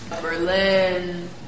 Berlin